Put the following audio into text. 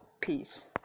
Peace